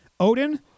Odin